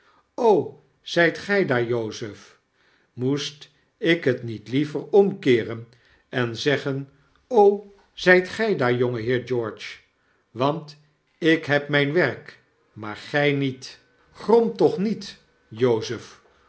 zyt gy daar jozef moest ik het niet liever omkeeren en zeggen zyt gij daar jongeheer george want ik heb myn werk maar gy niet h grom toch niet jozef